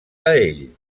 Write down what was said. ell